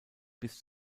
bis